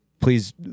please